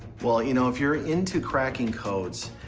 well, you know, if you're into cracking codes,